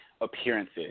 appearances